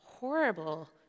horrible